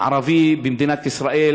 ערבי במדינת ישראל,